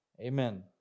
Amen